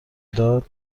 داد